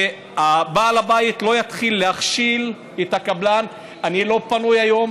שבעל הבית לא יתחיל להכשיל את הקבלן: אני לא פנוי היום,